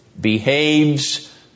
behaves